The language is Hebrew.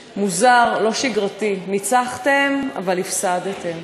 מוזר, לא שגרתי, ניצחתם, אבל הפסדתם.